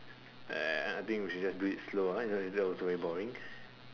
uh I think we should just do it slow ah if not later also very boring